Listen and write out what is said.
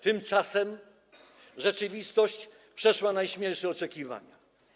Tymczasem rzeczywistość przeszła najśmielsze oczekiwania.